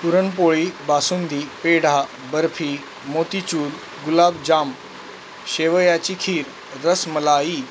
पुरणपोळी बासुंदी पेढा बर्फी मोतीचूर गुलाबजाम शेवयाची खीर रसमलाई